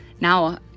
now